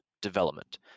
Development